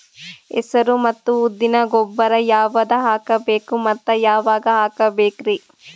ಹೆಸರು ಮತ್ತು ಉದ್ದಿಗ ಗೊಬ್ಬರ ಯಾವದ ಹಾಕಬೇಕ ಮತ್ತ ಯಾವಾಗ ಹಾಕಬೇಕರಿ?